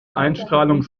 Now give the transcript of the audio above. einstrahlung